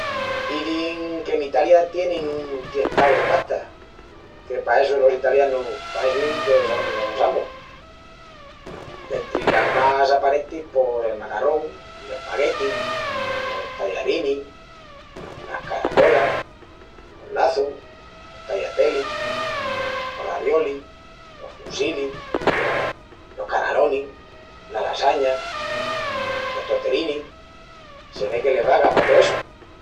Izin qu'en Italia tienin un tiestau de pastas, que pa essu los italianus paecin que son los amus. Dentri las mas aparentis pos el macarrún, l'espagueti, los tallarinis, las caracolas, los laçus, los tagliatelli, los raviolis, los fusilli, los canalonis, la lasaña, los tortellini... Se ve que les vaga pa tó essu.